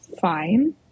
fine